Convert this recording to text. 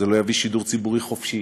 זה לא יביא שידור ציבורי חופשי,